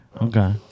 Okay